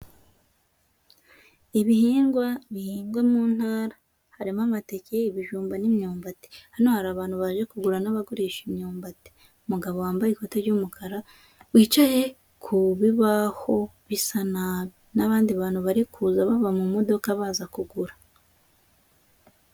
Ibihingwa bihingwa mu ntara, harimo amateke, ibijumba n'imyumbati. Hano hari abantu baje kugura n'abagurisha imyumbati. Umugabo wambaye ikoti ry'umukara wicaye ku bibaho bisa nabi, n'abandi bantu bari kuza bava mu modoka baza kugura.